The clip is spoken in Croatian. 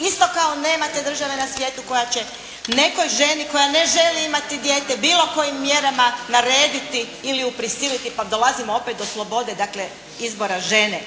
Isto kao nema te države na svijetu koja će nekoj ženi koja ne želi imati dijete, bilo kojim mjerama narediti ili ju prisiliti, pa dolazimo opet do slobode, dakle izbora žene.